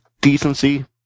decency